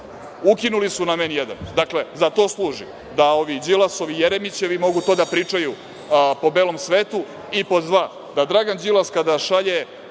ukinuli su nam „N1“. Dakle, za to služi da ovi Đilasovi, Jeremićevi mogu to da pričaju po belom svetu. Pod dva, da Dragan Đilas kada šalje,